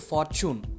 Fortune